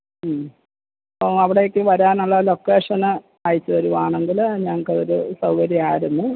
മ് അപ്പം അവടേയ്ക്ക് വരാനുള്ള ലോക്കേഷന് അയച്ച് തരണമെങ്കിൽ ഞങ്ങൾക്ക് അതൊരു സൗകാര്യമായിരുന്നു